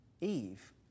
Eve